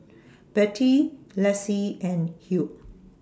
Bette Lessie and Hugh